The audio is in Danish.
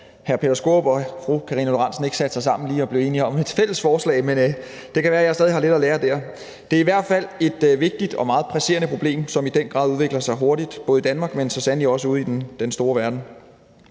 hr. Peter Skaarup og fru Karina Lorentzen Dehnhardt ikke satte sig sammen og blev enige om et fælles forslag. Men det kan være, at jeg stadig har lidt at lære der. Det er i hvert fald et vigtigt og meget presserende problem, som i den grad udvikler sig hurtigt både i Danmark, men så sandelig også ude i den store verden.